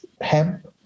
hemp